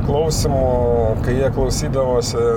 klausymo kai jie klausydavosi